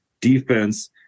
defense